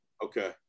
Okay